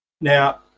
Now